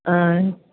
ஆ